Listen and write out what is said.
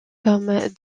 comme